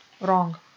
wrong